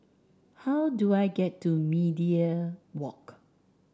how do I get to Media Walk